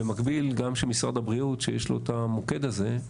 במקביל, גם שמשרד הבריאות שיש לו את המוקד הזה,